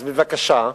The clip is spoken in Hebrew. אז בבקשה,